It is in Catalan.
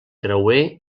creuer